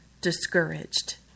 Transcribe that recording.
discouraged